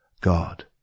God